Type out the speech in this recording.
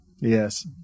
Yes